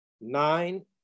nine